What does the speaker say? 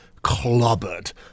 clobbered